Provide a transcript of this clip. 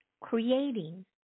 creating